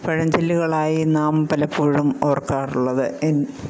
പഴഞ്ചൊല്ലുകളായി നാം പലപ്പോഴും ഓർക്കാറുള്ളത്